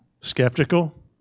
skeptical